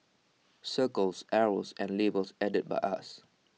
circles arrows and labels added by us